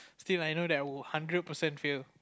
still I know that I would hundred percent fail